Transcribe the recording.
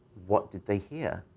what did they hear?